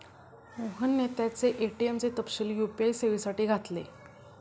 मोहनने त्याचे ए.टी.एम चे तपशील यू.पी.आय सेवेसाठी घातले